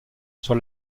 sur